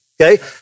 Okay